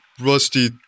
rusty